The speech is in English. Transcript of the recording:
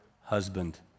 husband